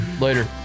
later